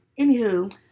Anywho